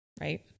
right